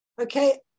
Okay